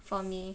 for me